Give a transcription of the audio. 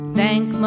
thank